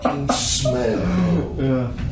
Smell